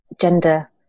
gender